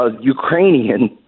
Ukrainian